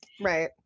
Right